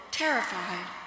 terrified